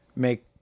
Make